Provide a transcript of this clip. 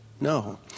No